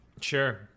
sure